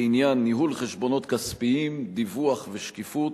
בעניין ניהול חשבונות כספיים, דיווח ושקיפות,